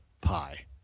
pie